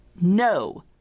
no